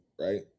right